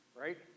right